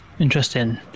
Interesting